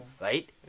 right